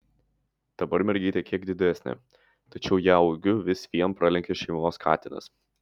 dabar mergytė kiek didesnė tačiau ją ūgiu vis vien pralenkia šeimos katinas